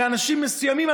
לאנשים מסוימים?